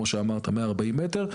כמו שאמרת 140 מ"ר,